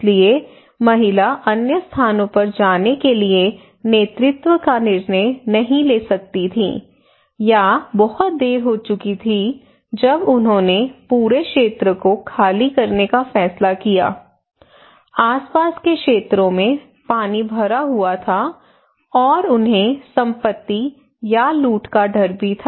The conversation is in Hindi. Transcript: इसलिए महिला अन्य स्थानों पर जाने के लिए नेतृत्व का निर्णय नहीं ले सकती थी या बहुत देर हो चुकी थी जब उन्होंने पूरे क्षेत्र को खाली करने का फैसला किया आसपास के क्षेत्रों में पानी भरा हुआ था और उन्हें संपत्ति या लूट का डर भी था